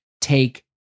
take